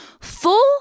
Full